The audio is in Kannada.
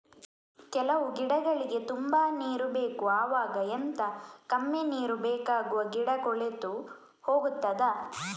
ಕೆಲವು ಗಿಡಗಳಿಗೆ ತುಂಬಾ ನೀರು ಬೇಕು ಅವಾಗ ಎಂತ, ಕಮ್ಮಿ ನೀರು ಬೇಕಾಗುವ ಗಿಡ ಕೊಳೆತು ಹೋಗುತ್ತದಾ?